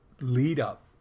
lead-up